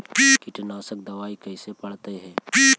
कीटनाशक दबाइ कैसे पड़तै है?